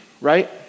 right